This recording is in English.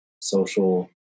social